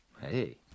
Hey